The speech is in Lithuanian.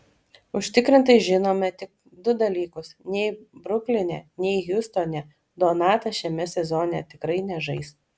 užtikrintai žinome tik du dalykus nei brukline nei hjustone donatas šiame sezone tikrai nežais